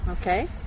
okay